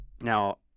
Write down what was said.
Now